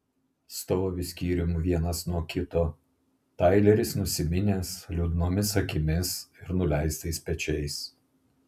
stovi skyrium vienas nuo kito taileris nusiminęs liūdnomis akimis ir nuleistais pečiais